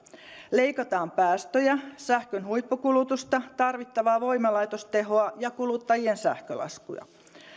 leikataan päästöjä sähkön huippukulutusta tarvittavaa voimalaitostehoa ja kuluttajien sähkölaskua